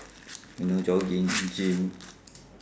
you know jogging gym